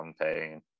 campaign